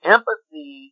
Empathy